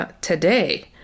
today